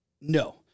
No